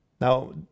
Now